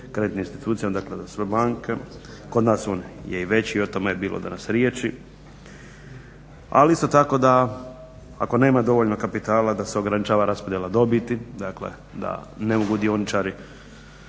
kreditnim institucijama, dakle za sve banke. Kod nas je on i veći, o tome je bilo danas riječi, ali isto tako da ako nema dovoljno kapitala da se ograničava raspodjela dobiti, dakle da ne mogu dioničari